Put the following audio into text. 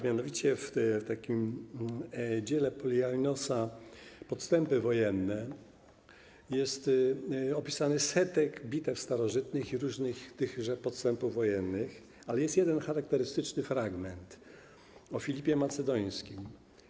Mianowicie w dziele Poliajnosa „Podstępy wojenne” jest opisana setka bitew starożytnych i różnych podstępów wojennych, ale jest jeden charakterystyczny fragment o Filipie Macedońskim.